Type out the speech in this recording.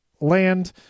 land